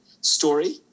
story